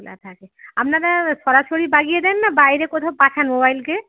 খোলা থাকে আপনারা সরাসরি লাগিয়ে দেন না বাইরে কোথাও পাঠান মোবাইলকে